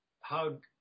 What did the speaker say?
hug